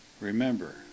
remember